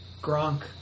Gronk